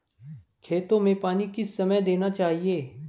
खेतों में पानी किस समय देना चाहिए?